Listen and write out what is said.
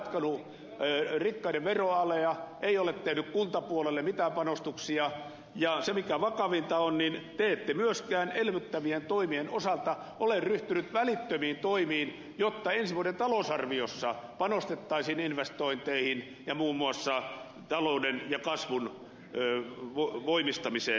se on jatkanut rikkaiden veroalea ei ole tehnyt kuntapuolelle mitään panostuksia ja mikä vakavinta on niin te ette myöskään elvyttävien toimien osalta ole ryhtyneet välittömiin toimiin jotta ensi vuoden talousarviossa panostettaisiin investointeihin ja muun muassa talouden ja kasvun voimistamiseen